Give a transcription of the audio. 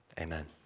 Amen